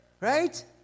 right